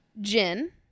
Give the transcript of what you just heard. Gin